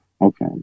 Okay